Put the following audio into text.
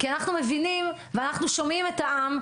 כי אנחנו מבינים ואנחנו שומעים את העם.